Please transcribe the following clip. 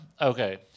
okay